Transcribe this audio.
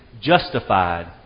justified